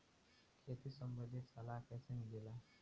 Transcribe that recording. खेती संबंधित सलाह कैसे मिलेला?